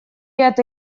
это